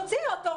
תוציאו אותה.